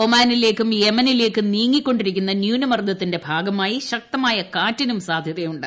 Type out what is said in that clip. ഒമാനിലേക്കും യെമനിലേക്കും നീങ്ങിക്കൊണ്ടിരിക്കുന്ന ന്യൂനമർദ്ദത്തിന്റെ ഭാഗമായി ശക്തമായ കാറ്റിനും സാധ്യതയുണ്ട്